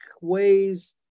ways